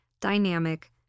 dynamic